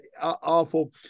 awful